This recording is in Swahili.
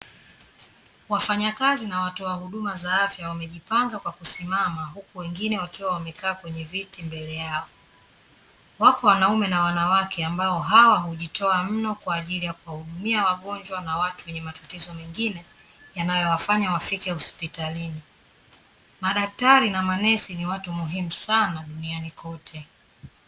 Wafanyakazi na watoa huduma za afya wamejipanga kwa kusimama huku wakiwa wamekaa kwenye viti mbele yao. Wako wanaume na wanawake ambao hawa hujitoa mno kwaajili ya kuwa hudumia wagonjwa, na watu wenye matatizo mengine yanayowafanya wafike hospitalini. Madaktari na manesi ni watu muhimu sana duniani kote.